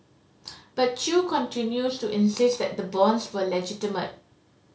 but Chew continues to insist that the bonds were legitimate